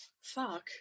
Fuck